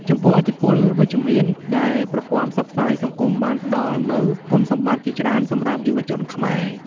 ចំពោះឥទ្ធិពលវិជ្ជមាន ដែលប្រព័ន្ធផ្សព្វផ្សាយសង្គមបានផ្តល់នូវគុណសម្បត្តិជាច្រើនសម្រាប់យុវជនខ្មែរ។